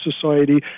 society